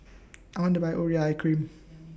I want to Buy Urea Cream